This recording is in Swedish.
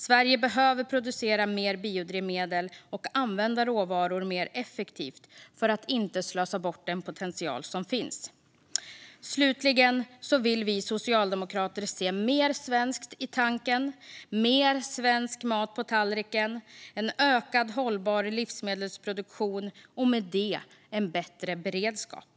Sverige behöver producera mer biodrivmedel och använda råvaror mer effektivt för att inte slösa bort den potential som finns. Slutligen vill vi socialdemokrater se mer svenskt i tanken, mer svensk mat på tallriken och en ökad hållbar livsmedelsproduktion och med det en bättre beredskap.